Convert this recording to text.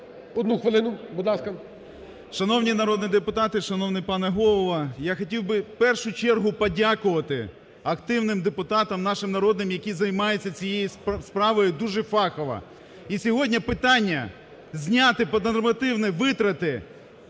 одну хвилину. Будь ласка.